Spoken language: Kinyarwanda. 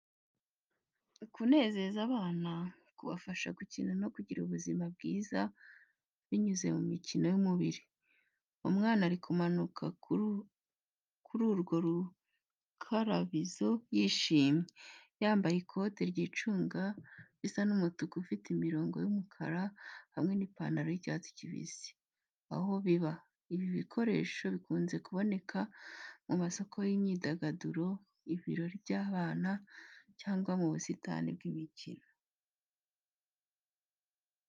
Ukunezeza abana, kubafasha gukina no kugira ubuzima bwiza binyuze mu mikino y’umubiri. Umwana: Ari kumanuka kuri urwo rukarabizo yishimye, yambaye ikoti ry’icunga risa n’umutuku ufite imirongo yumukara hamwe n’ipantaro y’icyatsi kibisi. Aho biba: Ibi bikoresho bikunze kuboneka mu masoko y’imyidagaduro, ibirori by’abana, cyangwa mu busitani bw’imikino.